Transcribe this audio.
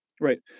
right